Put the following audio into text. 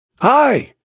Hi